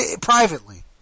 Privately